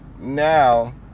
now